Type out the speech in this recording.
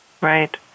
Right